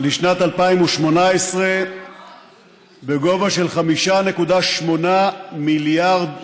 לשנת 2018 בגובה של 5.8 מיליארד דולר,